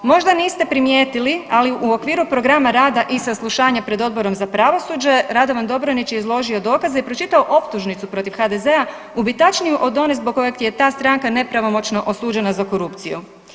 Možda niste primijetili ali u okviru programa rada i saslušanja pred Odborom za pravosuđe, Radovan Dobronić je izložio dokaze i pročitao optužnicu protiv HDZ-a, ubitačniju od one zbog koje je ta strane nepravomoćno osuđena za korupciju.